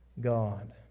God